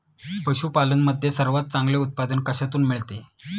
पशूपालन मध्ये सर्वात चांगले उत्पादन कशातून मिळते?